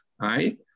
right